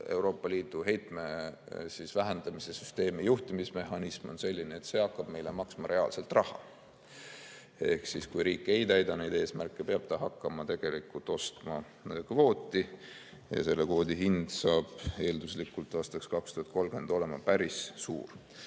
Euroopa Liidu heitme vähendamise süsteemi juhtimismehhanism on selline, et see hakkab meile maksma reaalselt raha. Ehk siis, kui riik ei täida neid eesmärke, peab ta hakkama ostma kvooti ja selle kvoodi hind saab eelduslikult aastaks 2030 olema päris suur.